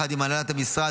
יחד עם הנהלת המשרד,